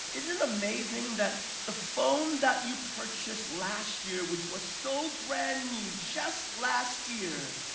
isn't it amazing that the phone that you purchased last year which was so brand new just last year,